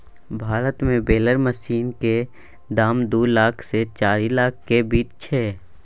भारत मे बेलर मशीनक दाम दु लाख सँ चारि लाखक बीच छै